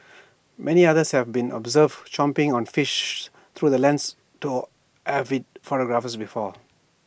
many other been observed chomping on fish through the lens avid photographers before